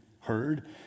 heard